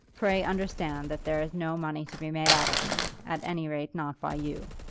pray understand that there is no money to be made out of me, at any rate not by you.